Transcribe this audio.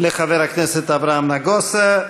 לחבר הכנסת אברהם נגוסה.